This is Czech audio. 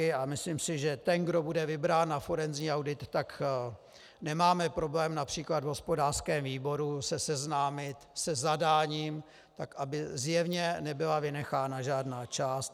A myslím si, že ten, kdo bude vybrán na forenzní audit, tak nemáme problém například v hospodářském výboru se seznámit se zadáním tak, aby zjevně nebyla vynechána žádná část.